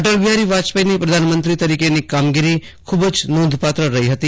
અટલ બિહારી વાજપેયીની પ્રધાનમંત્રી તરીકે ેની કામગીરી ખૂબ જ નોંધપાત્ર રહી હતી